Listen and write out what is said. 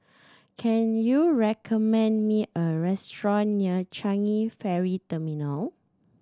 can you recommend me a restaurant near Changi Ferry Terminal